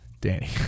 Danny